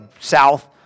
south